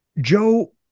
Joe